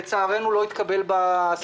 לצערנו הוא לא התקבל בסיבוב הראשון.